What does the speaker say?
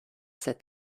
cet